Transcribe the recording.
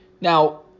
Now